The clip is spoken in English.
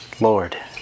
Lord